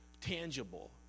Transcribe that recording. tangible